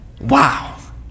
wow